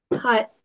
Hi